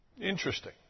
Interesting